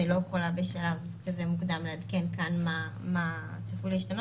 אני לא יכולה בשלב כזה מוקדם לעדכן כאן מה צפוי להשתנות,